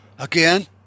Again